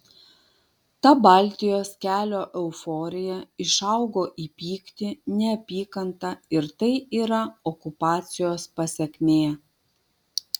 ta baltijos kelio euforija išaugo į pyktį neapykantą ir tai yra okupacijos pasekmė